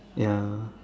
ya